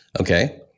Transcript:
Okay